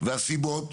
והסיבות,